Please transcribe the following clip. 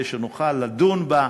כדי שנוכל לדון בה,